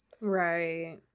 Right